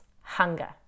hunger